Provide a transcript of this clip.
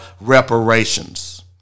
reparations